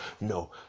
no